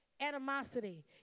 animosity